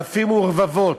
אלפים ורבבות,